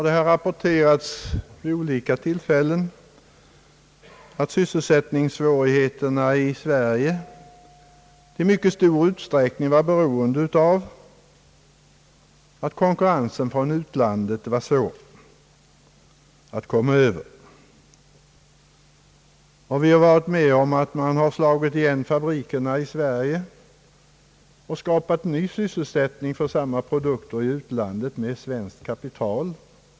Det har vid olika tillfällen rapporterats att sysselsättningssvårigheterna i Sverige i mycket stor utsträckning berodde på att konkurrensen från utlandet var svår att komma förbi. Vi har varit med om att man har slagit igen fabriker i Sverige och skapat ny sysselsättning för samma produkter i utlandet, med svenskt kapital.